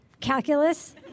Calculus